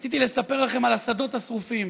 רציתי לספר לכם על השדות השרופים.